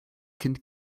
kind